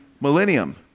Millennium